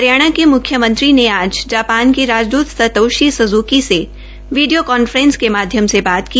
हरियाणा के मुख्यमंत्री ने आज जापान के राजद्वत सतोशी सज़की से वीडियो कांफ्रेसिंग के माध्यम से बात की